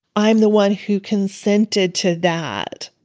i'm the one who consented to that.